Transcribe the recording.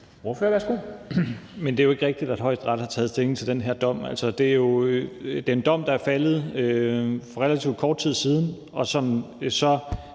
Men det er jo ikke rigtigt, at Højesteret har taget stilling til den her dom. Altså, det er en dom, der er faldet for relativt kort tid siden,